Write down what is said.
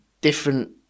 different